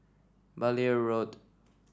Blair Road